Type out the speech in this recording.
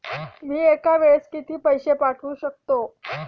मी एका वेळेस किती पैसे पाठवू शकतो?